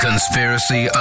Conspiracy